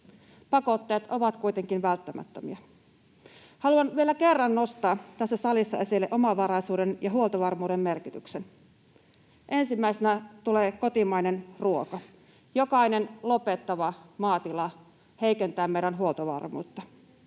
Pakotteet ovat kuitenkin välttämättömiä. Haluan vielä kerran nostaa tässä salissa esille omavaraisuuden ja huoltovarmuuden merkityksen: Ensimmäisenä tulee kotimainen ruoka — jokainen lopettava maatila heikentää meidän huoltovarmuutta.